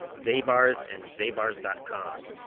zabars and zabars dot com.